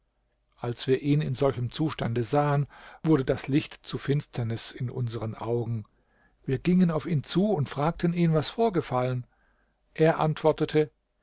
als wir ihn in solchem zustand sahen wurde das licht zu finsternis in unsern augen wir gingen auf ihn zu und fragten ihn was vorgefallen er antwortete